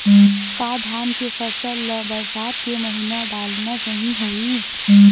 का धान के फसल ल बरसात के महिना डालना सही होही?